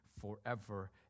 forever